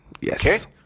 Yes